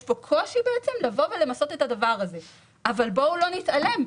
יש כאן קושי לבוא ולמסות את הדבר הזה אבל בואו לא נתעלם.